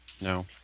No